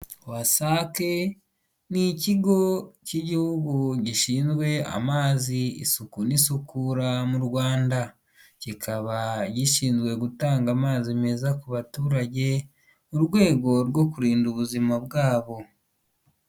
Wasake n'ikigo cy'igihugu gishinzwe amazi isuku n'isukura mu rwanda, kikaba gishinzwe gutanga amazi meza ku baturage mu rwego rwo kurinda ubuzima bwabo.